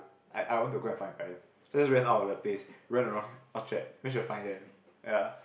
I I want to go and find my parents just ran out of the place ran around orchard where should find them ya